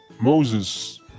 Moses